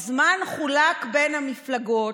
הזמן חולק בין המפלגות,